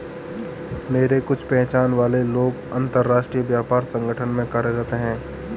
मेरे कुछ पहचान वाले लोग अंतर्राष्ट्रीय व्यापार संगठन में कार्यरत है